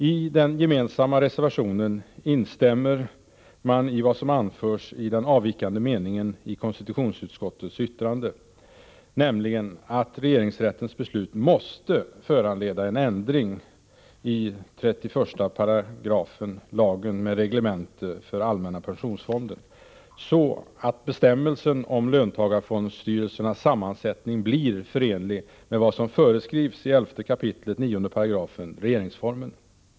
I den gemensamma reservationen instämmer man i vad som anförs i den avvikande meningen i konstitutionsutskottets yttrande, nämligen att regeringsrättens beslut måste föranleda en ändring i 318 lagen med reglemente för allmänna pensionsfonden, så att bestämmelsen om löntagarfondsstyrelsernas sammansättning blir förenlig med vad som föreskrivs i 11 kap. 9§ regeringsformen.